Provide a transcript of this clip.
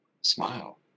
Smile